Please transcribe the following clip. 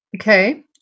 okay